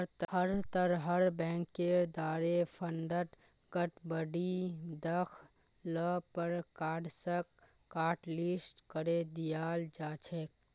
हर तरहर बैंकेर द्वारे फंडत गडबडी दख ल पर कार्डसक हाटलिस्ट करे दियाल जा छेक